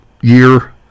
year